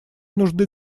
нужды